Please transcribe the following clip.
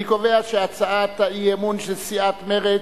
אני קובע שהצעת האי-אמון של סיעת מרצ,